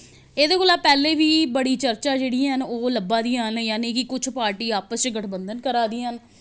एह्दे कोला पैह्लें बी बड़ी चर्चा जेह्ड़ी हैन ओह् लब्भा दियां न जां कुछ पार्टियां आपस च गठबंधन करा दियां न